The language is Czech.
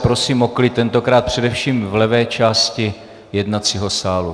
Prosím o klid, tentokrát především v levé části jednacího sálu.